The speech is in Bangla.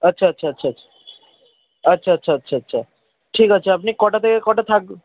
আচ্ছা আচ্ছা আচ্ছা আচ্ছা আচ্ছা আচ্ছা আচ্ছা আচ্ছা ঠিক আছে আপনি কটা থেকে কটা